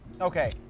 okay